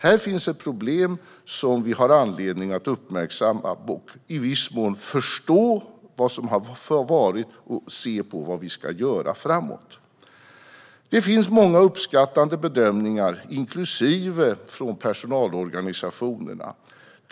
Här finns ett problem som vi har anledning att uppmärksamma, och vi bör i viss mån förstå vad som har varit och se på vad vi ska göra framåt. Det finns många uppskattande bedömningar, inklusive från personalorganisationerna.